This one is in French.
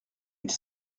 ils